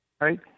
right